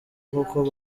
kuko